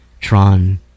Tron